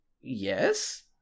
yes